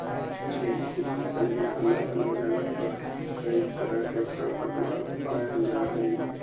एक ही फसल में अलग अलग जगह पर कईक तरह के खरपतवार पायल जा हई